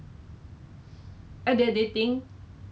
okay lah actually it applies to different sectors